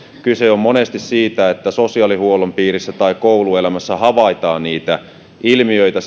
kyse on monesti siitä että sosiaalihuollon piirissä tai kouluelämässä havaitaan lapsesta niitä ilmiöitä